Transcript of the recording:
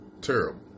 terrible